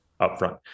upfront